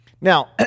Now